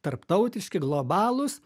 tarptautiški globalūs